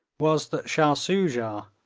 was that shah soojah,